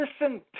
listen